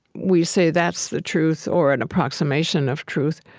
we say that's the truth or an approximation of truth.